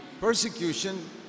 persecution